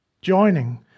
joining